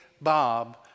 Bob